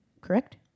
Correct